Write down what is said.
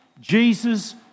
Jesus